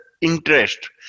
interest